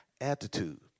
attitude